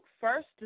first